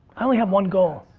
i only have one goal,